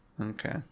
Okay